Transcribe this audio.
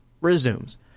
resumes